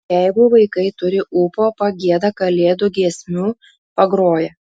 jeigu vaikai turi ūpo pagieda kalėdų giesmių pagroja